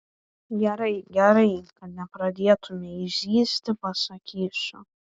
gerai gerai kad nepradėtumei zyzti pasakysiu